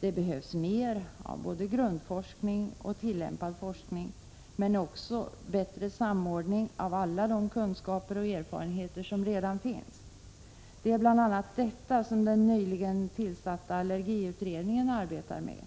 Det behövs mer av både grundforskning och tillämpad forskning, men det behövs också bättre samordning av alla de kunskaper och erfarenheter som redan finns. Det är bl.a. detta som den nyligen tillsatta allergiutredningen arbetar med.